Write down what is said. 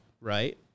right